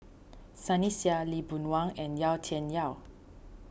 Sunny Sia Lee Boon Wang and Yau Tian Yau